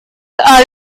are